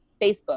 Facebook